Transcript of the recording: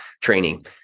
training